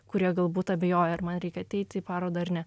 kurie galbūt abejoja ar man reikia ateiti į parodą ar ne